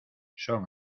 son